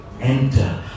enter